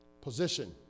position